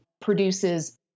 produces